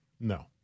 No